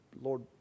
Lord